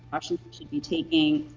should should be taking.